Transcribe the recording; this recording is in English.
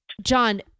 John